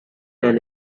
than